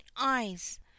eyes